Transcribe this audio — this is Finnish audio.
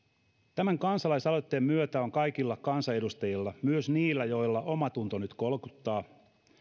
tämän kansalaisaloitteen myötä on kaikilla kansanedustajilla myös niillä joilla omatunto nyt kolkuttaa